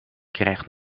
krijgt